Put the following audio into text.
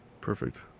Perfect